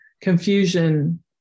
confusion